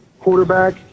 quarterback